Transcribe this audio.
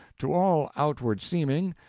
to all outward seeming,